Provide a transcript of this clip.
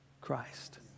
Christ